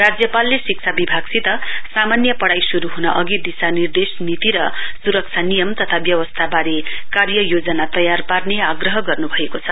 राज्यपालले शिक्षा विभागसित सामान्य पढ़ाई शुरू हुन अघि दिशानिर्देश नीति र सुरक्षा नियम तथा व्यवस्था वारे कार्य योजना तयार पार्ने आग्रह गर्नुभएको छ